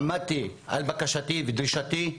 עמדתי על בקשתי ודרישתי.